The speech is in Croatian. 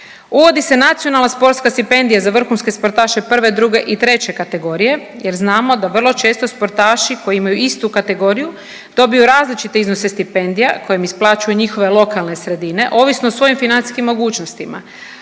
Uvodni se nacionalna sportska stipendija za vrhunske sportaše 1., 2. i 3. kategorije jer znamo da vrlo često sportaši koji imaju istu kategoriju dobiju različite iznose stipendija koje im isplaćuju njihove lokalne sredine, ovisno o svojim financijskim mogućnostima.